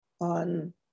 on